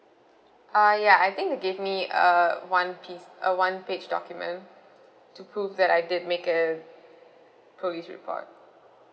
uh ya I think they gave me uh one piece a one page document to prove that I did make a police report